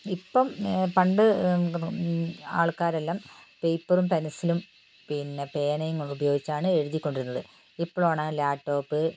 ഇപ്പം പണ്ട് ആൾക്കാരെല്ലാം പേപ്പറും പെൻസിലും പിന്നെ പേനയും ഉപയോഗിച്ചാണ് എഴുതിക്കൊണ്ടിരുന്നത് ഇപ്പോഴാണ് ലാപ്ടോപ്പ്